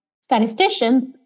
statisticians